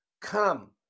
come